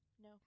No